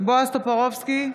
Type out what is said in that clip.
בועז טופורובסקי,